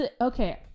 Okay